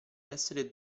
essere